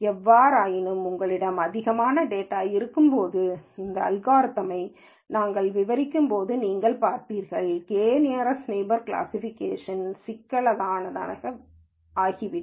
எவ்வாறாயினும் உங்களிடம் அதிகமான டேட்டாஇருக்கும்போது இந்த அல்காரிதம்யை நாங்கள் விவரிக்கும்போது நீங்கள் பார்ப்பீர்கள் நியரஸ்ட் நெய்பர்ஸ்களின் கிளாசிஃபிகேஷன் சிக்கலானதாகி விடும்